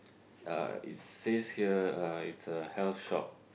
uh it says here uh it's a health shop